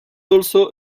also